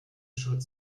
schritt